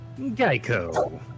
Geico